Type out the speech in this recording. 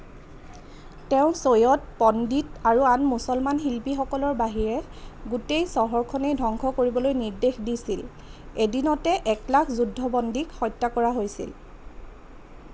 তেওঁ চৈয়দ পণ্ডিত আৰু আন মুছলমান শিল্পীসকলৰ বাহিৰে গোটেই চহৰখনেই ধংস কৰিবলৈ নিৰ্দেশ দিছিল এদিনতে এক লাখ যুদ্ধবন্দীক হত্যা কৰা হৈছিল